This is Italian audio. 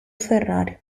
ferrari